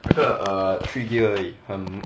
那个 err three gear 而已很